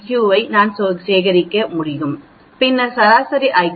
க்யூவை நான் சேகரிக்க முடியும் பின்னர் சராசரி ஐ